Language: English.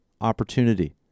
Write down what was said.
opportunity